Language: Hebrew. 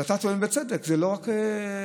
אז אתה טוען, בצדק, שזה לא רק לעבודה.